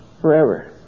forever